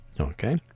Okay